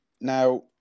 Now